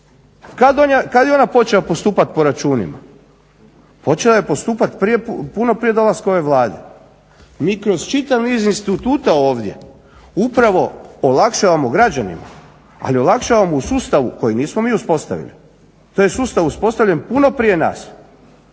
Kada je ona počela postupati po računima? Počela je postupati puno prije dolaska ove Vlade. Mi kroz čitav niz instituta ovdje upravo olakšavamo građanima, ali olakšavamo u sustavu koji nismo mi uspostavili. To je sustav uspostavljen puno prije nas,